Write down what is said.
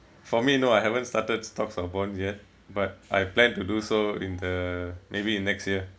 for me no I haven't started stocks or bonds yet but I plan to do so in the maybe in next year